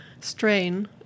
strain